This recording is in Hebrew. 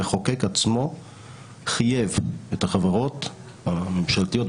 המחוקק עצמו חייב את החברות הממשלתיות,